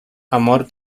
amor